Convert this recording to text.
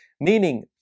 Meaning